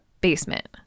basement